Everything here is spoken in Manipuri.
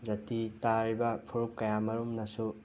ꯖꯤꯇꯤ ꯇꯥꯔꯤꯕ ꯐꯨꯔꯨꯞ ꯀꯌꯥ ꯃꯔꯨꯝꯅꯁꯨ